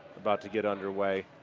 about to get underway.